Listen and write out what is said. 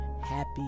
happy